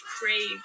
crave